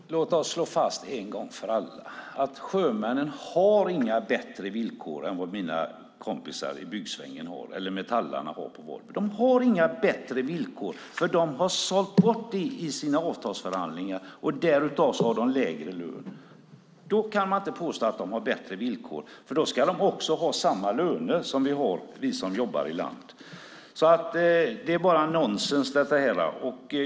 Fru talman! Låt oss slå fast en gång för alla att sjömän inte har bättre villkor än vad mina kompisar i byggsvängen eller metallarna på Volvo har. De har inte bättre villkor, för de har sålt bort det i sina avtalsförhandlingar. Därutöver har de lägre lön. Därför kan man inte påstå att de har bättre villkor, för då skulle de också ha samma löner som vi som jobbar i land har. Det är bara nonsens.